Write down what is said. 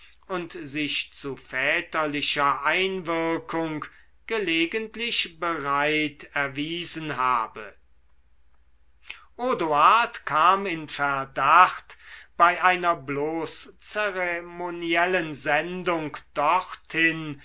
und sich zu väterlicher einwirkung gelegentlich bereit erwiesen habe odoard kam in verdacht bei einer bloß zeremoniellen sendung dorthin